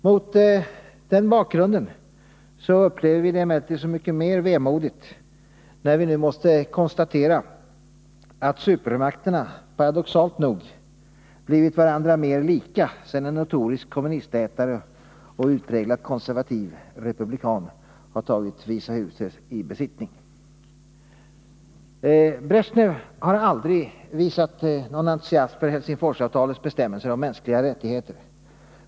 Mot den bakgrunden upplever vi det emellertid så mycket mer vemodigt när vi nu måste konstatera att supermakterna, paradoxalt nog, blivit varandra mer lika sedan en notorisk kommunistätare och utpräglat konservativ republikan har tagit Vita huset i besittning. Och Bresjnev har aldrig visat någon entusiasm för Helsingforsavtalets bestämmelser om mänskliga rättigheter.